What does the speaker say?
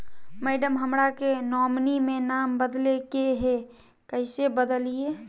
madam, हमरा के nominee में नाम बदले के हैं, कैसे बदलिए